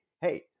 hey